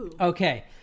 Okay